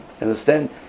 Understand